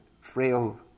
frail